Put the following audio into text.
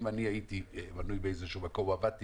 אם אני הייתי מנוי באיזשהו מקום או עבדתי